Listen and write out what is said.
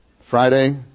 Friday